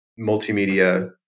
multimedia